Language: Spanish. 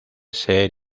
ser